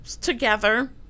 together